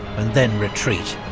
and then retreat.